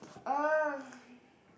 uh